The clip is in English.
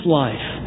life